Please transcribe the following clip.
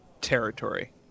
territory